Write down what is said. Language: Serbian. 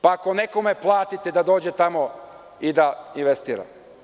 Pa, ako nekome platite da dođe tamo i da investira.